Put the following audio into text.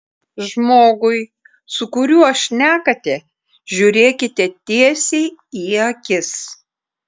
žmogui su kuriuo šnekate žiūrėkite tiesiai į akis